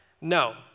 No